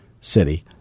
city